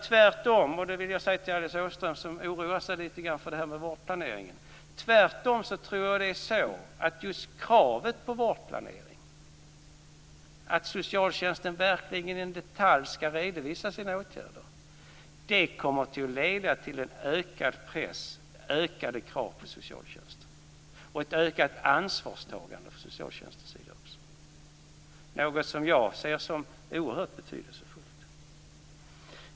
Tvärtom - detta vill jag säga till Alice Åström, som oroade sig litet grand för det här med vårdplanering - tror jag att just kravet på vårdplanering, att socialtjänsten verkligen i detalj skall redovisa sina åtgärder, kommer att leda till en ökad press och ökade krav på socialtjänsten, och även till ett ökat ansvarstagande från socialtjänstens sida. Detta ser jag som oerhört betydelsefullt.